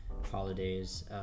holidays